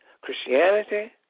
Christianity